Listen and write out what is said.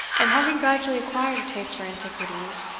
and, having gradually acquired a taste for antiquities,